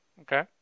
Okay